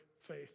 faith